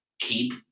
Keep